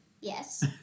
Yes